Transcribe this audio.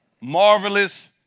marvelous